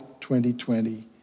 2020